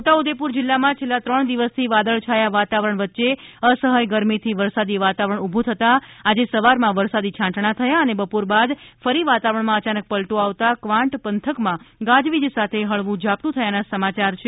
છોટા ઉદેપુર જિલ્લામાં છેલ્લા ત્રણ દિવસથી વાદળછાયા વાતાવરણ વચ્ચે અસહ્ય ગરમીથી વરસાદી વાતાવરણ ઉભુ થતાં આજે સવારમાં વરસાદી છાંટણા થયા હતા અને બપોર બાદ ફરી વાતાવરણમાં અચાનક પલટો આવતાં ક્વાંટ પંથકમાં ગાજ વીજ સાથે હળવું ઝાપટું થયાના સમાચાર છે